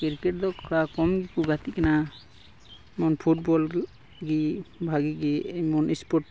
cricket ᱫᱚ ᱠᱚᱲᱟᱠᱚ ᱠᱚᱢ ᱜᱮᱠᱚ ᱜᱟᱛᱮᱜ ᱠᱟᱱᱟ ᱡᱮᱢᱚᱱ ᱯᱷᱩᱴᱵᱚᱞ ᱜᱮ ᱵᱷᱟᱹᱜᱤ ᱜᱮ ᱮᱢᱚᱱ ᱥᱯᱳᱨᱴ